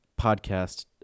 podcast